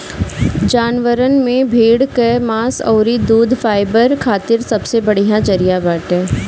जानवरन में भेड़ कअ मांस अउरी दूध फाइबर खातिर सबसे बढ़िया जरिया बाटे